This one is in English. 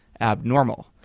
abnormal